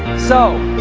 so.